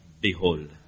Behold